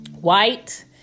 white